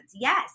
Yes